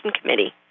Committee